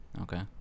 Okay